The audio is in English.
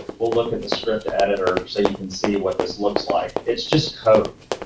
we'll look at the script editor so you can see what this looks like. it's just code,